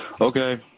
okay